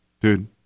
Dude